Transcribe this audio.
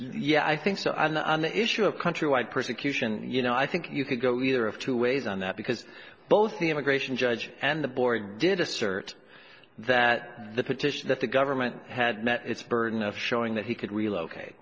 yeah i think so i'm not on the issue of countrywide persecution you know i think you could go either of two ways on that because both the immigration judge and the boring did assert that the petition that the government had met its burden of showing that he could relocate